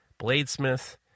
bladesmith